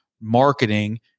marketing